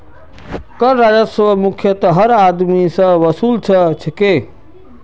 कर राजस्वक मुख्यतयः हर आदमी स वसू ल छेक